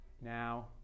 Now